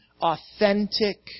authentic